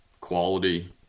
quality